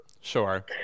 Sure